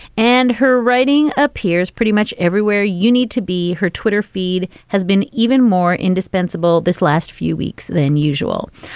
and her writing appears pretty much everywhere you need to be. her twitter feed has been even more indispensible. this last few weeks than usual.